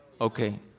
Okay